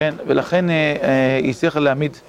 כן, ולכן היא הצליחה להעמיד...